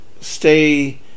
stay